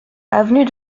avenue